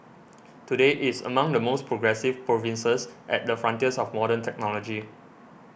today it is among the most progressive provinces at the frontiers of modern technology